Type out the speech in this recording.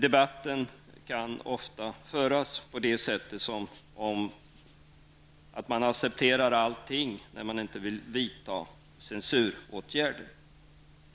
Debatten kan ofta föras som om man skulle acceptera allting när man inte vill vidta censuråtgärder.